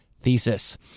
thesis